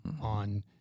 on